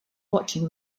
watching